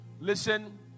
Listen